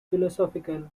philosophical